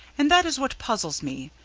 and that is what puzzles me.